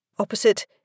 Opposite